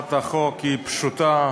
הצעת החוק היא פשוטה,